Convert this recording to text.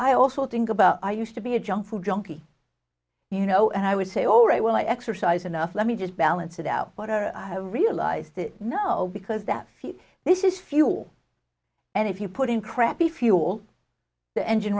i also think about i used to be a junk food junkie you know and i would say all right well i exercise enough let me just balance it out but i realize that no because that this is fuel and if you put in crappy fuel the engine